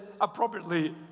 appropriately